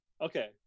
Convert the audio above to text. Okay